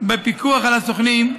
בפיקוח על הסוכנים,